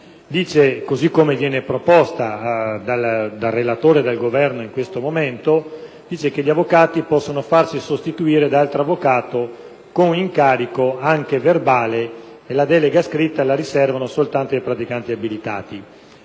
così come proposta dal relatore e dal Governo in questo momento, stabilisce che gli avvocati possono farsi sostituire da altro avvocato con incarico, anche verbale, e la delega scritta è riservata soltanto ai praticanti abilitati.